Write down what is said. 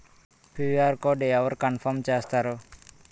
QR code అవరు confirm చేస్తారు?